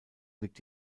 liegt